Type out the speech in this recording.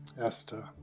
Esther